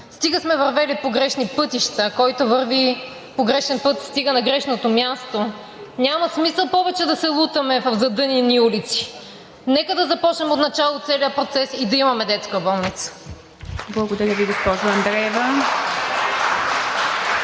Стига сме вървели по грешни пътища. Който върви по грешен път, стига на грешното място. Няма смисъл повече да се лутаме в задънени улици. Нека да започнем отначало целия процес и да имаме детска болница. (Ръкопляскания